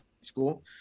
School